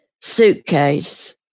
Suitcase